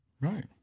Right